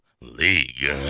League